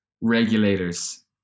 Regulators